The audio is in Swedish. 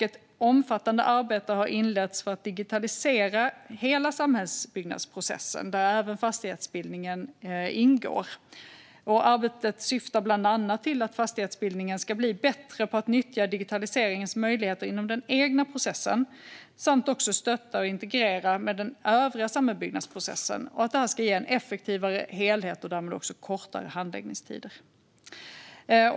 Ett omfattande arbete har inletts för att digitalisera hela samhällsbyggnadsprocessen, där även fastighetsbildningen ingår. Arbetet syftar bland annat till att fastighetsbildningen ska bli bättre på att nyttja digitaliseringens möjligheter inom den egna processen och på att stötta och integrera med den övriga samhällsbyggnadsprocessen, vilket ska ge en effektivare helhet och därmed också kortare handläggningstider.